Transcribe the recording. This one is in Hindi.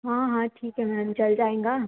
हाँ हाँ ठीक है मैम चल जाएंगा